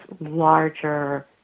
larger